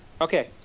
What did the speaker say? Okay